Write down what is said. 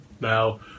Now